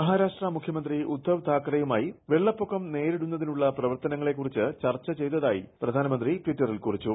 മഹാരാഷ്ട്ര മുഖ്യമന്ത്രി ഉദ്ധവ് താക്കറയുമായി വെള്ളപ്പൊക്കം നേരിടുന്നതിനുള്ള പ്രവർത്തനങ്ങളെക്കുറിച്ച് ചർച്ച ചെയ്തതായി പ്രധാനമന്ത്രി ടിറ്ററിൽ കുട്ടിച്ചു